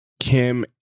kim